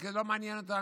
זה כי לא מעניין אותם,